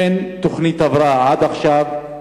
ואין תוכנית הבראה עד עכשיו.